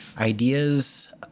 ideas